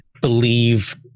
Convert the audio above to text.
believe